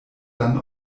dann